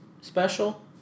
special